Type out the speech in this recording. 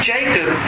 Jacob